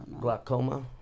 Glaucoma